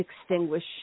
extinguish